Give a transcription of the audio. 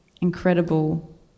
incredible